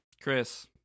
Chris